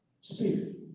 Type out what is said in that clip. spirit